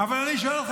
אבל אני שואל אתכם: